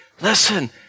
listen